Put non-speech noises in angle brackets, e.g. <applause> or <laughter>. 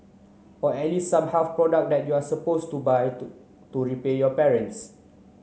or at least some health product that you're suppose to buy <unintelligible> to repay your parents